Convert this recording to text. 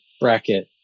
bracket